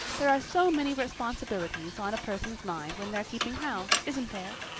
there are so many responsibilities on a person's mind when they're keeping house, isn't there?